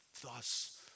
thus